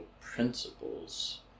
principles